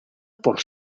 por